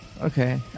Okay